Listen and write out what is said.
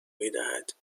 میدهد